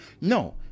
No